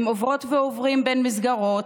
הם עוברות ועוברים בין מסגרות,